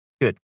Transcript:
Good